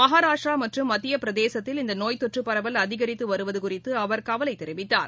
மகாராஷ்டிராமற்றும் மத்தியப்பிரதேசத்தில் இந்தநோய் தொற்றுப் பரவல் அதிகரித்துவருவதகுறித்துஅவர் கவலைதெரிவித்தார்